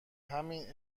همین